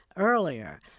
earlier